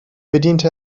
bediente